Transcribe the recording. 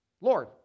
Lord